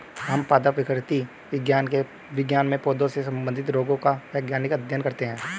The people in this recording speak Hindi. हम पादप विकृति विज्ञान में पौधों से संबंधित रोगों का वैज्ञानिक अध्ययन करते हैं